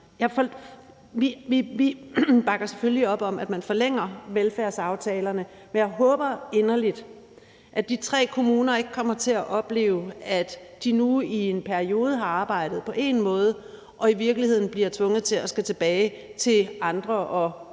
Vi bakker selvfølgelig op om, at man forlænger velfærdsaftalerne, men jeg håber inderligt, at de tre kommuner ikke kommer til at opleve, at de nu i en periode har arbejdet på én måde og i virkeligheden bliver tvunget til at gå tilbage til andre og nye